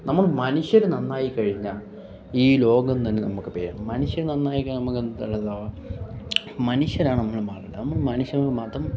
നമ്മൾ മനുഷ്യർ നന്നായി കഴിഞ്ഞ ഈ ലോകം തന്നെ നമുക്ക് പോയ മനുഷ്യൻ നന്നായി കഴിഞ്ഞാൽ നമുക്ക് എന്താണ് ഉള്ളതാവ മനുഷ്യരാണ് നമ്മൾ മാറേണ്ടത് നമ്മൾ മനുഷ്യന് മതം